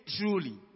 truly